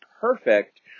perfect